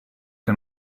che